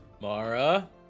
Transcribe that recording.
Mara